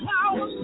Power